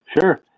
Sure